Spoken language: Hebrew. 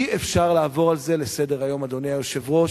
אי-אפשר לעבור על זה לסדר-היום, אדוני היושב-ראש.